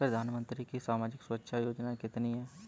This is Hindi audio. प्रधानमंत्री की सामाजिक सुरक्षा योजनाएँ कितनी हैं?